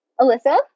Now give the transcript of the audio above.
Alyssa